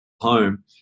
home